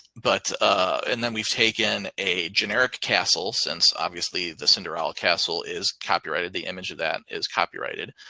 but ah and then we've taken a generic castle, since obviously the cinderella castle is copyrighted. the image of that is copyrighted.